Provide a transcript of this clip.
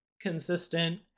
consistent